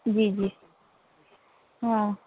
جی جی ہاں